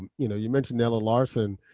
you know you mentioned nella larsen.